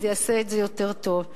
זה יעשה את זה יותר טוב.